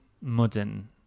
modern